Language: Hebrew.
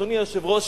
אדוני היושב-ראש,